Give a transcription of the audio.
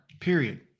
period